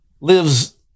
lives